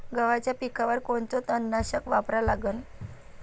गव्हाच्या पिकावर कोनचं तननाशक वापरा लागन?